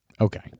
Okay